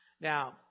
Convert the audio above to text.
Now